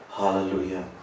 Hallelujah